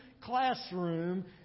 classroom